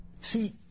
See